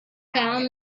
found